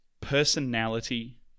personality